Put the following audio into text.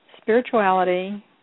spirituality